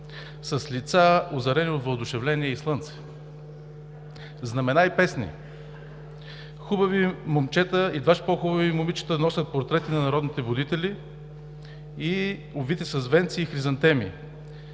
с лица, озарени от въодушевление и слънце, знамена и песни. Хубави момчета и дваж по-хубави момичета носят портрети на народните будители, увити с венци и хризантеми.